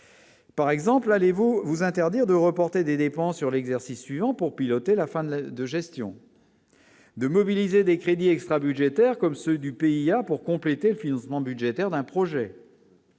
Par exemple, allez vous vous interdire de reporter des dépenses sur l'exercice suivant pour piloter la fin de la de gestion. De mobiliser des crédits extrabudgétaires comme ceux du pays, a pour compléter le financement budgétaire d'un projet.